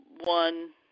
One